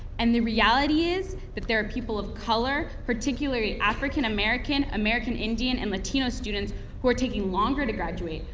and the reality is, that there are people of color, particularly african american, american indian, and latino students who are taking longer to graduate,